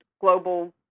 global